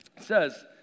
says